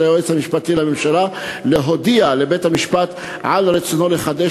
היועץ המשפטי לממשלה להודיע לבית-המשפט על רצונו לחדש